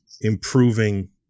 improving